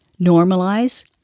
Normalize